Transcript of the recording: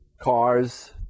cars